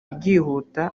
ryihuta